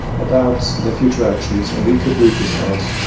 about their future actions and we could read this out.